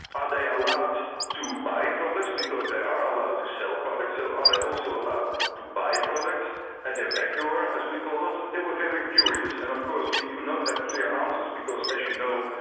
are they allowed to buy products because they are allowed to sell products so are they also allowed to buy products at their back door, as we call it? they were very curious, and of course we do not have clear answers, because as you know,